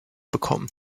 bekommen